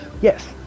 yes